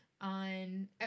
on